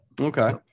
Okay